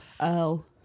Earl